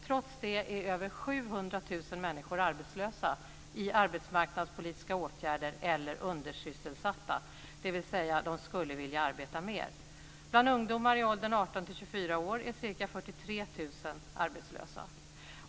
Trots det är över 700 000 människor arbetslösa, i arbetsmarknadspolitiska åtgärder eller undersysselsatta, dvs. att de skulle vilja arbeta mer. Bland ungdomar i åldern 18-24 år är ca 43 000 arbetslösa.